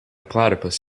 platypus